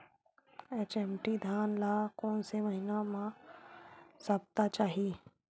HMT धान ल कोन से महिना म सप्ता चाही?